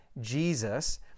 jesus